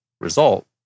result